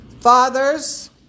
Fathers